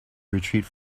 retreat